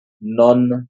non